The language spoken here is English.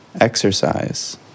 exercise